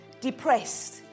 depressed